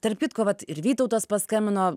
tarp kitko vat ir vytautas paskambino